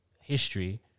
history